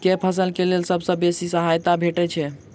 केँ फसल केँ लेल सबसँ बेसी सहायता भेटय छै?